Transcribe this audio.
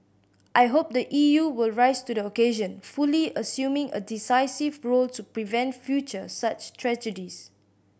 I hope the E U will rise to the occasion fully assuming a decisive role to prevent future such tragedies